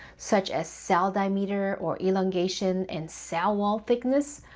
such as cell diameter or elongation and cell wall thickness,